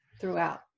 throughout